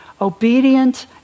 obedient